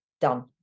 Done